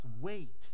wait